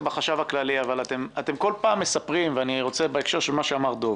אתם כל פעם מספרים, ובהקשר למה שאמר דב,